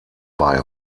bei